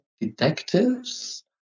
detectives